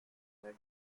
where